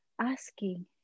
asking